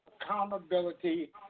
Accountability